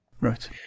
Right